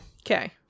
Okay